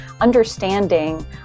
understanding